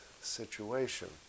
situation